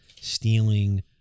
stealing